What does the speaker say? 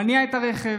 מניע את הרכב